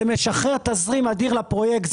זה משחרר תזרים אדיר לפרויקט,